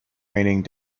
raining